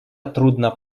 трудно